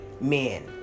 men